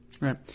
Right